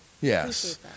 Yes